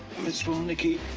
miss walnicki.